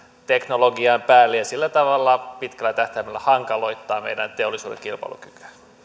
teknologian päälle ja sillä tavalla pitkällä tähtäimellä hankaloittaa meidän teollisuuden kilpailukykyä